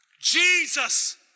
Jesus